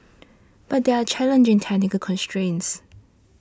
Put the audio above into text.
but there are challenging technical constrains